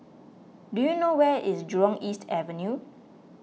do you know where is Jurong East Avenue